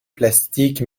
plastique